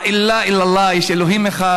(אומר בערבית: אין אלוהים מלבדי אללה,) יש אלוהים אחד,